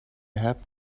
happen